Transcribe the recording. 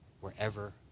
wherever